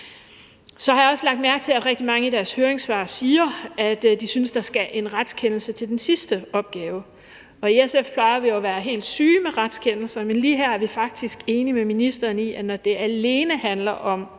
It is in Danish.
Så har jeg også lagt mærke til, at rigtig mange i deres høringssvar siger, at de synes, der skal en retskendelse til i forbindelse med den sidste opgave. Og i SF plejer vi jo at være helt syge med retskendelser, men lige her er vi faktisk enige med ministeren i, at når det alene handler om